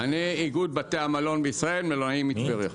אני איגוד בתי המלון בישראל, מלונאי מטבריה.